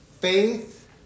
faith